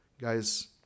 guys